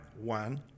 one